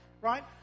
right